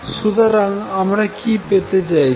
সুতরাং আমরা কি পেতে চাইছি